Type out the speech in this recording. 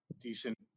decent